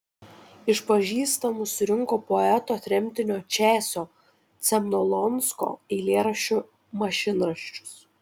iš pažįstamų surinko poeto tremtinio česio cemnolonsko eilėraščių mašinraščius